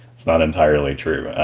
it's not entirely true.